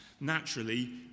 naturally